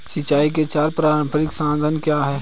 सिंचाई के चार पारंपरिक साधन क्या हैं?